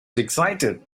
excited